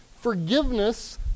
forgiveness